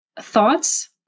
thoughts